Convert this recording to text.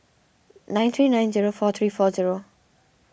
nine three nine zero four three four zero